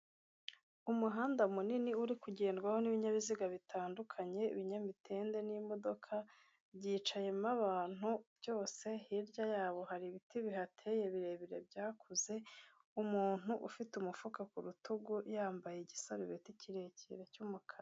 Umuhanda munini uri kugedwaho n'ibinyabiziga bitandukanye ibinyamitende n'imodoka byicayemo abantu byose, hirya yaho hari ibiti bihateye birebire byakuze, umuntu ufite umufuka ku rutugu yambaye igisarubeti kirekire cy'umukara.